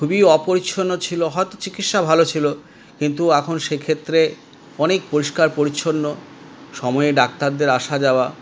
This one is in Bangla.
খুবই অপরিচ্ছন্ন ছিল হয়তো চিকিৎসা ভালো ছিল কিন্তু এখন সেক্ষেত্রে অনেক পরিষ্কার পরিচ্ছন্ন সময়ে ডাক্তারদের আসা যাওয়া